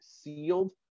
sealed